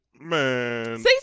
Man